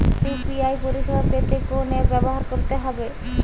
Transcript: UPI পরিসেবা পেতে কোন অ্যাপ ব্যবহার করতে হবে?